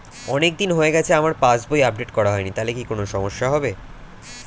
অনেকদিন হয়ে গেছে আমার পাস বই আপডেট করা হয়নি তাহলে কি কোন সমস্যা হবে?